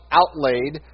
outlaid